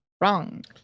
wrong